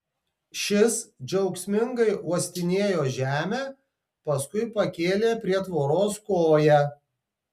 šis džiaugsmingai uostinėjo žemę paskui pakėlė prie tvoros koją